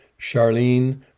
Charlene